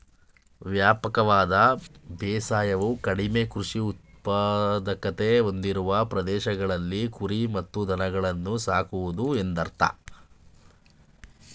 ವ್ಯಾಪಕವಾದ ಬೇಸಾಯವು ಕಡಿಮೆ ಕೃಷಿ ಉತ್ಪಾದಕತೆ ಹೊಂದಿರುವ ಪ್ರದೇಶಗಳಲ್ಲಿ ಕುರಿ ಮತ್ತು ದನಗಳನ್ನು ಸಾಕುವುದು ಎಂದರ್ಥ